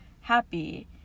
happy